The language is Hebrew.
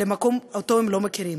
למקום שהם לא מכירים,